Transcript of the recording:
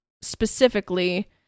specifically